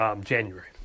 January